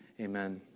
Amen